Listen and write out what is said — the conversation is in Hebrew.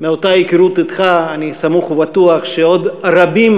מאותה היכרות אתך אני סמוך ובטוח שעוד רבים